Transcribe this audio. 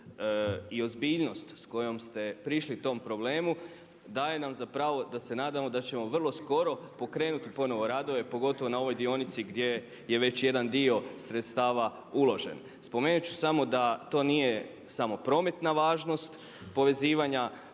i ozbiljnost s kojom ste prišli tom problemu daje nam za pravo da se nadamo da ćemo vrlo skoro pokrenuli ponovo radove pogotovo na ovoj dionici gdje je već jedan dio sredstava uložen. Spomenut ću samo da to nije samo prometna važnost povezivanja